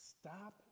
Stop